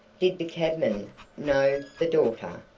did the cabman know the daughter?